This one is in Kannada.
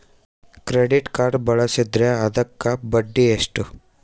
ಕ್ರೆಡಿಟ್ ಕಾರ್ಡ್ ಬಳಸಿದ್ರೇ ಅದಕ್ಕ ಬಡ್ಡಿ ಎಷ್ಟು?